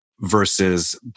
versus